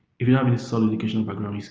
if you have any solid educational background,